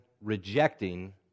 rejecting